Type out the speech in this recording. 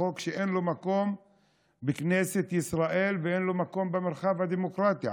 בחוק שאין לו מקום בכנסת ישראל ואין לו מקום במרחב הדמוקרטיה.